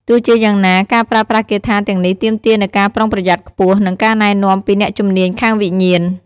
ទោះជាយ៉ាងណា ការប្រើប្រាស់គាថាទាំងនេះទាមទារនូវការប្រុងប្រយ័ត្នខ្ពស់ និងការណែនាំពីអ្នកជំនាញខាងវិញ្ញាណ។